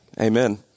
Amen